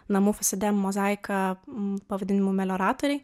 namų fasade mozaika pavadinimu melioratoriai